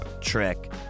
Trick